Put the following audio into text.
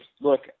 look